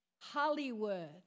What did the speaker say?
Hollywood